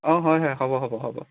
অঁ হয় হয় হ'ব হ'ব হ'ব